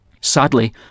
Sadly